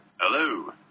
Hello